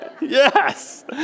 Yes